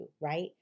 right